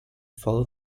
follow